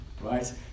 Right